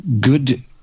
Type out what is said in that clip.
good